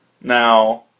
Now